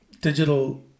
Digital